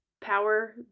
power